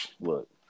look